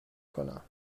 کنم